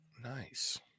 Nice